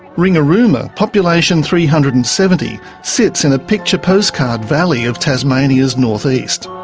ringarooma, population three hundred and seventy, sits in a picture-postcard valley of tasmania's north-east.